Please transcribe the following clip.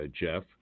Jeff